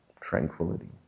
tranquility